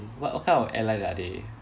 what kind of airline are they